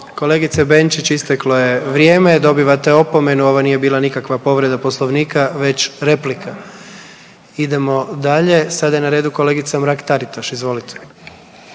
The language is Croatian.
kolegice Benčić isteklo je vrijeme, dobivate opomenu ovo nije bila nikakva povreda Poslovnika već replika. Idemo dalje, sada je na redu kolegica Mrak Taritaš. Izvolite.